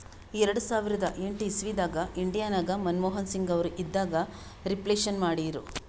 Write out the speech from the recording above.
ಎರಡು ಸಾವಿರದ ಎಂಟ್ ಇಸವಿದಾಗ್ ಇಂಡಿಯಾ ನಾಗ್ ಮನಮೋಹನ್ ಸಿಂಗ್ ಅವರು ಇದ್ದಾಗ ರಿಫ್ಲೇಷನ್ ಮಾಡಿರು